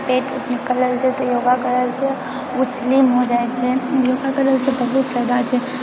पेट उट निकलल रहै छै तऽ योगा करैसँ ओ स्लिम हो जाइ छै योगा करैसँ बहुत फायदा होइ छै